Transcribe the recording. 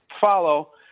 follow